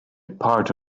part